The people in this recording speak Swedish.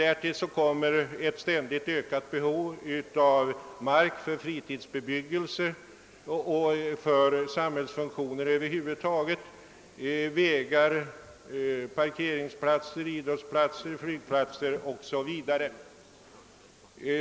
Därtill kommer ett ständigt ökat behov av mark för fritidsbebyggelse och för samhällets funktioner över huvud taget, vägar, parkeringsplatser, idrottsplatser, flygplatser o.s.v.